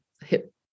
hip